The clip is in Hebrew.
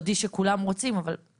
יסודי שכולם רוצים, אבל